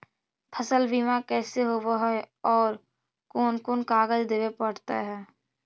फसल बिमा कैसे होब है और कोन कोन कागज देबे पड़तै है?